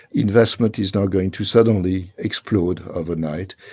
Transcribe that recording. investment is not going to suddenly explode overnight.